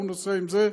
ההוא נוסע עם זה,